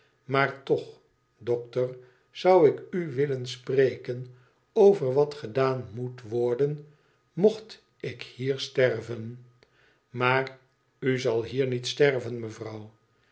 maar toch dokter zou ik u willen spreken over wat gedaan moet worden mocht ik hier sterven maar u zal hier niet sterven mevrouw